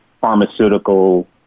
pharmaceutical